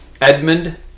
Edmund